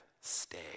stay